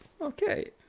Okay